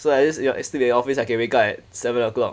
so I just ya sleep in office I can wake up at seven o'clock